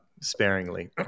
sparingly